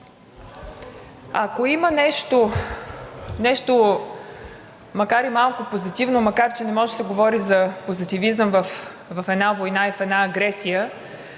Ако има нещо, макар и малко позитивно, макар че не може да се говори за позитивизъм в една война и в една агресия,